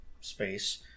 space